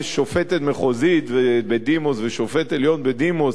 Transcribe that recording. יש שופטת מחוזית בדימוס ושופט עליון בדימוס